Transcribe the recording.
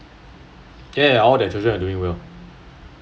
ya ya all their children are doing well